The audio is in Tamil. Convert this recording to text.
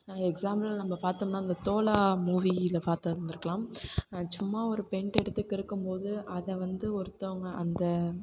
எக்ஸாம்பிள் நம்ப பார்த்தோம்னா இந்த தோழா மூவியில் பார்த்துருந்துருக்கலாம் சும்மா ஒரு பெயிண்ட் எடுத்து கிறுக்கும்போது அதை வந்து ஒருத்தவங்க அந்த